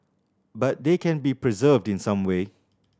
but they can be preserved in some way